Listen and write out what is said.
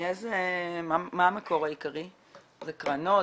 מה המקור העיקרי של התרומות זה קרנות,